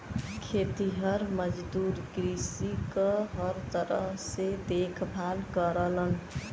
खेतिहर मजदूर कृषि क हर तरह से देखभाल करलन